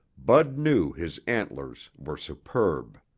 bud knew his antlers were superb.